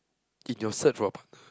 in your search for a partner